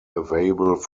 available